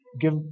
Give